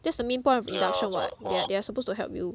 that's the main pint of induction [what] they are they are suppose to help you